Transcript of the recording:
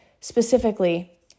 specifically